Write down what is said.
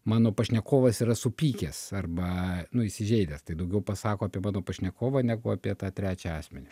mano pašnekovas yra supykęs arba įsižeidęs tai daugiau pasako apie mano pašnekovą negu apie tą trečią asmenį